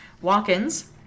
walk-ins